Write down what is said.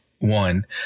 One